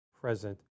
present